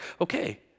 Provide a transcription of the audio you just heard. Okay